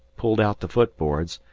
pulled out the foot-boards,